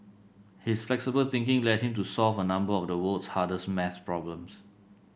his flexible thinking led him to solve a number of the world's hardest math problems